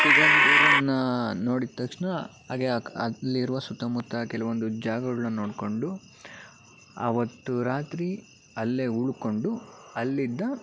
ಸಿಗಂಧೂರನ್ನು ನೋಡಿದ ತಕ್ಷಣ ಅಗೆ ಅಲ್ಲಿರುವ ಸುತ್ತಮುತ್ತ ಕೆಲವೊಂದು ಜಾಗಗಳನ್ನ ನೋಡಿಕೊಂಡು ಅವತ್ತು ರಾತ್ರಿ ಅಲ್ಲೇ ಉಳ್ಕೊಂಡು ಅಲ್ಲಿಂದ